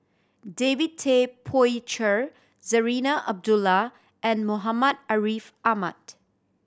David Tay Poey Cher Zarinah Abdullah and Muhammad Ariff Ahmad